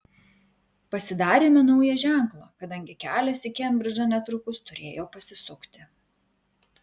pasidarėme naują ženklą kadangi kelias į kembridžą netrukus turėjo pasisukti